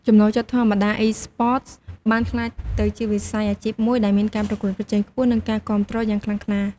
ចំណូលចិត្តធម្មតា Esports បានក្លាយទៅជាវិស័យអាជីពមួយដែលមានការប្រកួតប្រជែងខ្ពស់ និងការគាំទ្រយ៉ាងខ្លាំងក្លា។